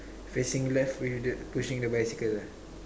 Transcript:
facing left with the pushing the bicycle ah